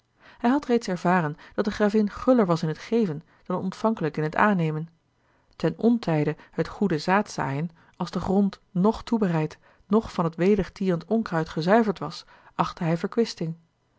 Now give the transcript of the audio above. hij had reeds ervaren dat de gravin guller was in t geven dan ontvankelijk in t aannemen ten ontijde het goede zaad zaaien als de grond noch toebereid noch van het welig tierend onkruid gezuiverd was achtte hij